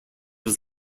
his